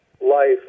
life